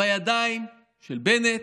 בידיים של בנט,